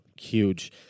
huge